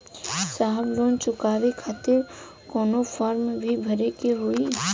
साहब लोन चुकावे खातिर कवनो फार्म भी भरे के होइ?